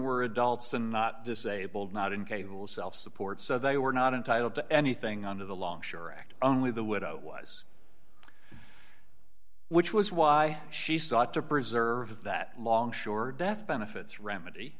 were adults and not disabled not incapable self support so they were not entitled to anything on the the long sure act only the widow was which was why she sought to preserve that longshore death benefits remedy